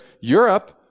Europe